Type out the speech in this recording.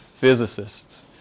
physicists